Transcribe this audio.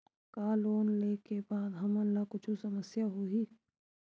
का लोन ले के बाद हमन ला कुछु समस्या होही?